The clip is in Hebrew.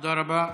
תודה רבה.